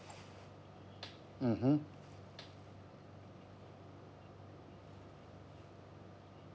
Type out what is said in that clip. mmhmm